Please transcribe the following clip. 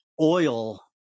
oil